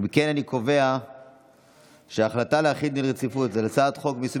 להחיל דין רציפות על הצעת חוק מיסוי